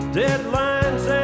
deadlines